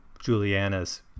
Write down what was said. Juliana's